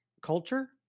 culture